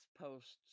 posts